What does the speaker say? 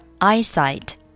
eyesight